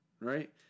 right